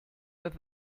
with